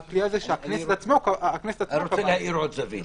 הכלי הזה שהכנסת עצמה קבעה --- אני רוצה להאיר עוד זווית